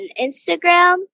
Instagram